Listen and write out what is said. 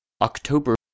October